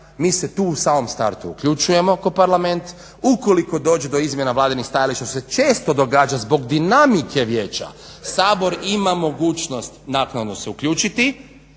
Mi se tu u samom startu uključujemo kao parlament ukoliko dođe do izmjena vladinih stajališta što se često događa zbog dinamike vijeća, Sabor ima mogućnost naknadno se uključiti